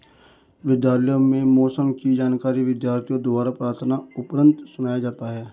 विद्यालयों में मौसम की जानकारी विद्यार्थियों द्वारा प्रार्थना उपरांत सुनाया जाता है